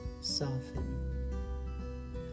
soften